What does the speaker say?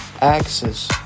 axes